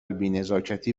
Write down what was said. بینزاکتی